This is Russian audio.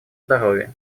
здоровья